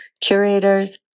curators